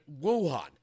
Wuhan